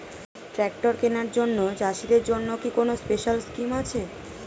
Tractor কেনার জন্য চাষিদের জন্য কি কোনো স্পেশাল স্কিম আছে?